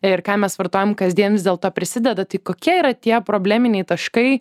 ir ką mes vartojam kasdien vis dėlto prisideda tai kokie yra tie probleminiai taškai